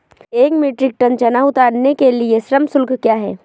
एक metric tonne चना उतारने के लिए श्रम शुल्क क्या है?